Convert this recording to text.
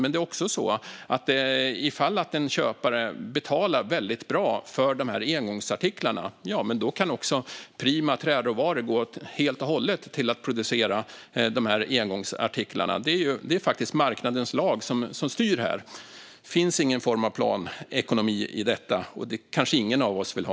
Men om en köpare betalar bra för engångsartiklarna kan också prima träråvaror gå helt och hållet till att producera engångsartiklarna. Det är faktiskt marknadens lag som styr. Det finns ingen form av planekonomi i detta, och det kanske ingen av oss vill ha.